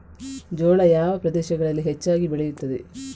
ಜೋಳ ಯಾವ ಪ್ರದೇಶಗಳಲ್ಲಿ ಹೆಚ್ಚಾಗಿ ಬೆಳೆಯುತ್ತದೆ?